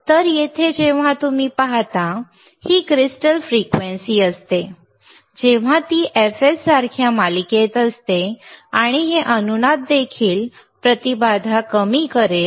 तर येथे जेव्हा तुम्ही पाहता ही क्रिस्टल फ्रिक्वेन्सी असते जेव्हा ती fs सारख्या मालिकेत असते आणि हे अनुनाद देखील प्रतिबाधा कमी करेल